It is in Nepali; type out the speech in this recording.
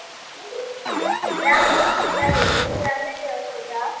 राम्रो छ गाडीहरको नि राम्रै व्यवस्था छ